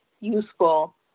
useful